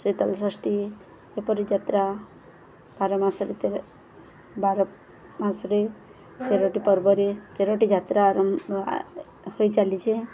ଶୀତଳଷଷ୍ଠୀ ଏପରି ଯାତ୍ରା ବାର ମାସରେ ତେ ବାର ମାସରେ ତେରୋଟି ପର୍ବରେ ତେରୋଟି ଯାତ୍ରା ଆରମ୍ଭ ହୋଇ ଚାଲିଛେ